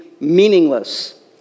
meaningless